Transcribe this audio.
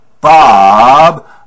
Bob